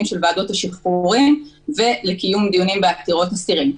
של ועדות השחרורים ולקיום דיונים בעתירות אסירים.